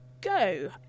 go